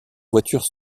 voiture